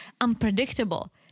unpredictable